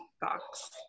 box